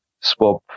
swap